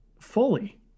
fully